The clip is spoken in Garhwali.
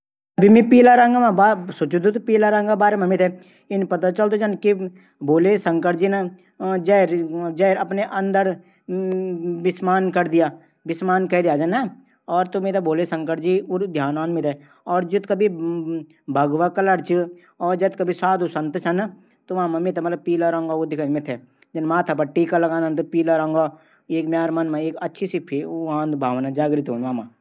मि लंच मां सलाद खाणू पंसद करदू। सलाद खैक हमर शरीर में तरावट और विटामिन कमी भी पूरी हवे जांदी।